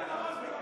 עיסאווי,